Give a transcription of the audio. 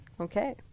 Okay